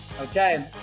Okay